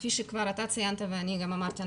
כפי שכבר ציינת ואני גם אמרתי,